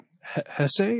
Hesse